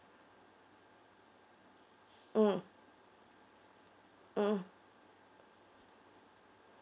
mm mm